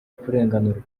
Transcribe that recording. kurenganurwa